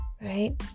Right